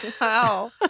Wow